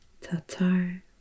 Tatar